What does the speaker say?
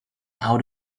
out